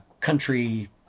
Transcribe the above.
country